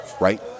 right